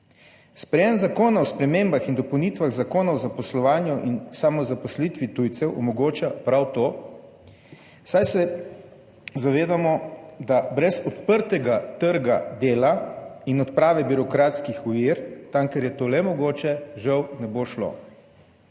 Sprejem Zakona o spremembah in dopolnitvah Zakona o zaposlovanju in samozaposlitvi tujcev omogoča prav to, saj se zavedamo, da brez odprtega trga dela in odprave birokratskih ovir tam, kjer je to le mogoče, žal ne bo šlo.